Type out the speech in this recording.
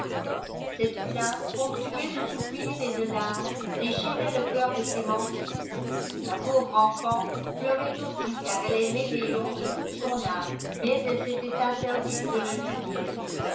cette plainte ponctuée de soupirs et de larmes déchirait le coeur de clémentine la pauvre enfant pleurait aussi car elle aimait léon de toute son âme mais elle s'était interdite de le lui dire